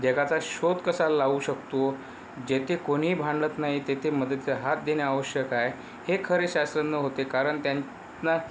जगाचा शोध कसा लावू शकतो जेथे कोणीही भांडत नाही तेथे मदतीचा हात देणे आवश्यक आहे हे खरे शास्त्रज्ञ होते कारण त्यांना